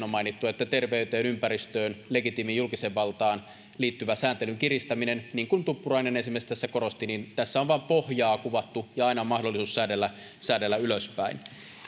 on erikseen mainittu terveyteen ympäristöön legitiimiin julkiseen valtaan liittyvä sääntelyn kiristäminen niin kuin esimerkiksi tuppurainen korosti tässä on vain pohjaa kuvattu ja aina on mahdollisuus säädellä säädellä ylöspäin